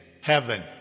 heaven